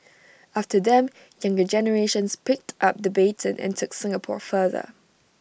after them younger generations picked up the baton and took Singapore further